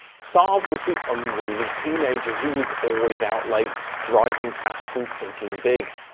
saab was the unruly teenager who was always out late, driving fast and thinking big.